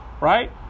right